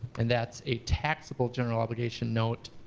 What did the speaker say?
and that's a taxable general obligation note.